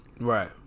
Right